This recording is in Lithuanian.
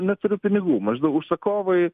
neturiu pinigų maždaug užsakovai